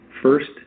first